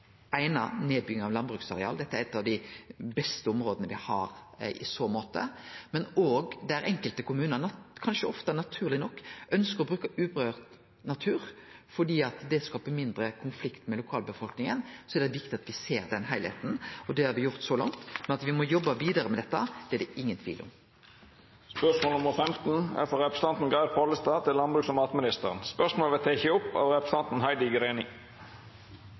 av landbruksareal. Og dette er eitt av dei beste områda me har i så måte. Men enkelte kommunar ønskjer kanskje ofte, naturleg nok, å bruke urørt natur fordi det skaper mindre konflikt med lokalbefolkninga. Då er det viktig at me ser den heilskapen, og det har me gjort så langt. Men at me må jobba vidare med dette, er det ingen tvil om. Dette spørsmålet, frå representanten Geir Pollestad til landbruks- og matministeren, vert teke opp av representanten Heidi Greni.